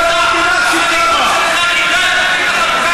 המנהיגים שלך,